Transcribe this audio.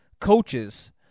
coaches